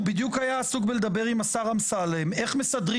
הוא בדיוק היה עסוק בלדבר עם השר אמסלם איך מסדרים